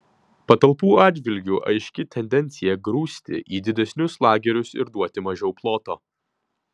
patalpų atžvilgiu aiški tendencija grūsti į didesnius lagerius ir duoti mažiau ploto